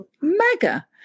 mega